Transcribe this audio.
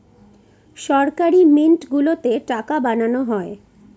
সরকারি মিন্ট গুলোতে টাকা বানানো হয়